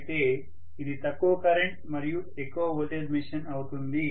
అయితే ఇది తక్కువ కరెంట్ మరియు ఎక్కువ వోల్టేజ్ మెషీన్ అవుతుంది